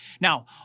Now